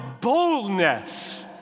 boldness